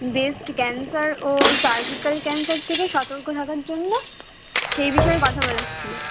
breast cancer ও cervical cancer থেকে সতর্ক থাকার জন্য সেই বিষয়ে কথা বলার ছিলো